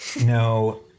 No